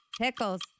Pickles